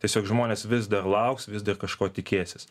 tiesiog žmonės vis dar lauks vis kažko tikėsis